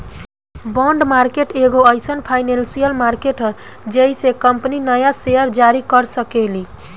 bond market एगो एईसन financial market ह जेइसे कंपनी न्या सेयर जारी कर सकेली